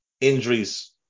Injuries